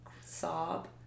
sob